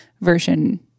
version